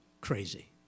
crazy